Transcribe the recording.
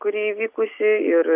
kuri įvykusi ir